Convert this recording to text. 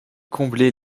combler